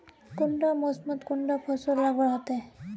कुंडा मोसमोत कुंडा फसल लगवार होते?